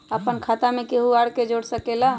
अपन खाता मे केहु आर के जोड़ सके ला?